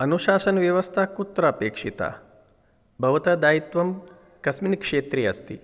अनुशासनव्यवस्था कुत्र अपेक्षिता भवतः दायित्वं कस्मिन् क्षेत्रे अस्ति